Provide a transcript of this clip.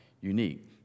unique